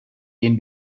den